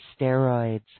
steroids